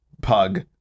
pug